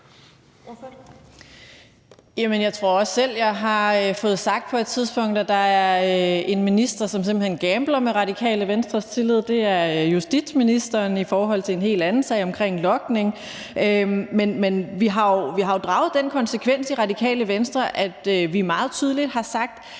Jeg tror også selv, jeg har fået sagt på et tidspunkt, at der er en minister, som simpelt hen gambler med Radikale Venstres tillid, og det er justitsministeren i forhold til en helt anden sag omkring logning. Men vi har jo draget den konsekvens i Radikale Venstre, at vi meget tydeligt har sagt,